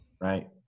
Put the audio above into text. right